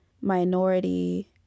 minority